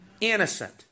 Innocent